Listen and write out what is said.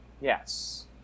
Yes